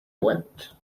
went